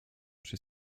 przy